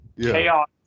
Chaos